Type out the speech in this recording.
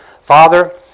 Father